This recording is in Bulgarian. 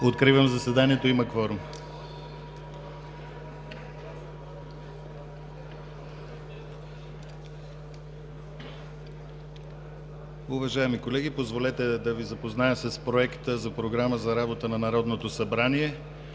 Откривам заседанието. (Звъни.) Има кворум. Уважаеми колеги, позволете да Ви запозная с Проектопрограмата за работа на Народното събрание